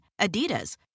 Adidas